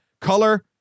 color